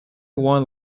one